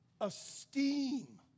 esteem